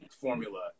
formula